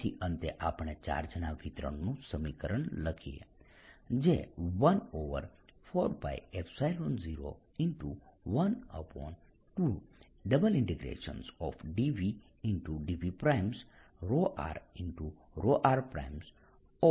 તેથી અંતે આપણે ચાર્જના વિતરણનું સમીકરણ લખીએ જે 14π012∬dVdVr ρr|r r| છે